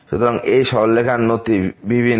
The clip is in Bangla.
সুতরাং এই সরলরেখার নতি ভিন্ন